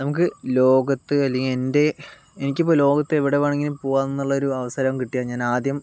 നമുക്ക് ലോകത്ത് അല്ലെങ്കില് എന്റെ എനിക്ക് ഇപ്പോൾ ലോകത്ത് എവിടെ വേണമെങ്കിലും പോകാമെന്നുള്ളൊരു അവസരം കിട്ടിയാൽ ഞാനാദ്യം